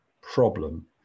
problem